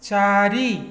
ଚାରି